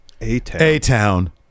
A-Town